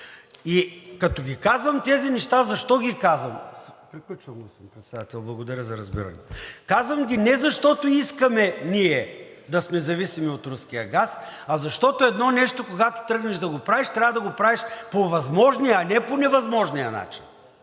дава сигнал, че времето е изтекло.) Приключвам, господин Председател, благодаря за разбирането. Казвам ги не защото ние искаме да сме зависими от руския газ, а защото едно нещо, когато тръгнеш да го правиш, трябва да го правиш по възможния, а не по невъзможния начин.